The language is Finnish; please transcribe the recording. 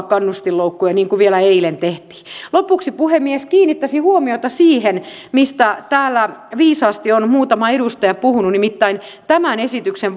kannustinloukkuja niin kuin vielä eilen tehtiin puhemies lopuksi kiinnittäisin huomiota siihen mistä täällä viisaasti on muutama edustaja puhunut nimittäin tämän esityksen